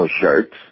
shirts